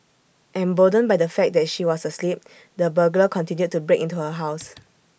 emboldened by the fact that she was asleep the burglar continued to break into her house